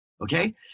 okay